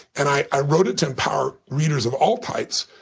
and i wrote it to empower readers of all types.